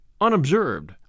unobserved